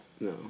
No